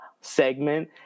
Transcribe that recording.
segment